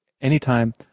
anytime